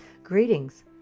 Greetings